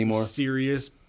serious